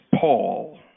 Paul